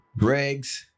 Gregs